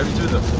to the